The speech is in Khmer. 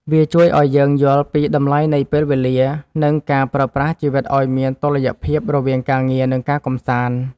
វាជួយឱ្យយើងយល់ពីតម្លៃនៃពេលវេលា និងការប្រើប្រាស់ជីវិតឱ្យមានតុល្យភាពរវាងការងារ និងការកម្សាន្ត។